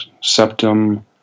septum